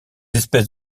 espèces